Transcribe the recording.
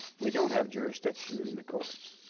we don't have jurisdiction in the courts.